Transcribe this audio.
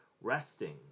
resting